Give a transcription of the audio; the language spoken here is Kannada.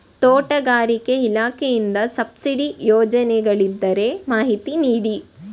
ತೋಟಗಾರಿಕೆ ಇಲಾಖೆಯಿಂದ ಸಬ್ಸಿಡಿ ಯೋಜನೆಗಳಿದ್ದರೆ ಮಾಹಿತಿ ನೀಡಿ?